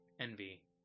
envy